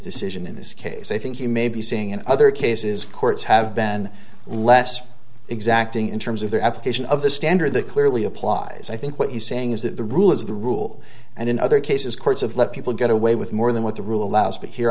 decision in this case i think you may be saying in other cases courts have been less exacting in terms of their application of a standard that clearly applies i think what he's saying is that the rule is the rule and in other cases courts have let people get away with more than what the rule allows but here